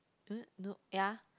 eh no ya